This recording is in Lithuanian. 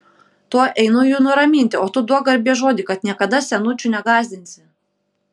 tuoj einu jų nuraminti o tu duok garbės žodį kad niekada senučių negąsdinsi